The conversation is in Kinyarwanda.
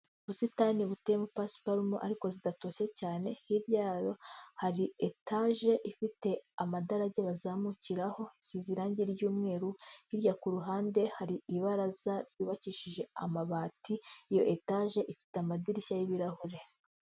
Ubusitani buteye mo pasiparumo ariko zidatoshye cyane, hirya yayo hari etaje ifite amadarage bazamukiraho, isize irange ry'umweru, hirya kuruhande hari ibaraza ryubakishije amabati, iyo etage ifite amadirishya y'ibirahure.